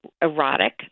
erotic